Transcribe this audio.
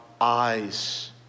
eyes